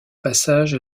passage